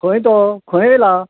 खंय तो खंय येयला